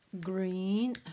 green